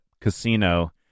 casino